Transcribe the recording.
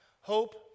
hope